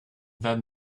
then